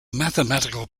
mathematical